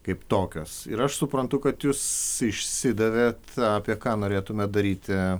kaip tokios ir aš suprantu kad jūs išsidavėt apie ką norėtumėt daryti